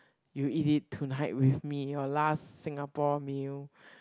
you eat it tonight with me your last Singapore meal